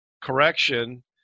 correction